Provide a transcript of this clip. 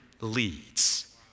leads